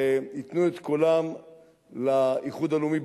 ייתנו את קולם לאיחוד הלאומי,